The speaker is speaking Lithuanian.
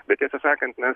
bet tiesą sakant mes